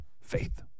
faith